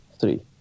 three